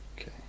Okay